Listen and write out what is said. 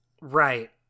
Right